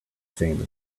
same